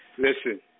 Listen